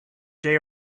day